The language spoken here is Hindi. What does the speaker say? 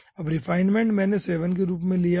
अब रीफाइनमेन्ट मैंने 7 के रूप में रखा है